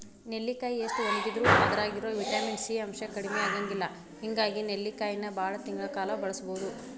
ನೆಲ್ಲಿಕಾಯಿ ಎಷ್ಟ ಒಣಗಿದರೂ ಅದ್ರಾಗಿರೋ ವಿಟಮಿನ್ ಸಿ ಅಂಶ ಕಡಿಮಿ ಆಗಂಗಿಲ್ಲ ಹಿಂಗಾಗಿ ನೆಲ್ಲಿಕಾಯಿನ ಬಾಳ ತಿಂಗಳ ಕಾಲ ಬಳಸಬೋದು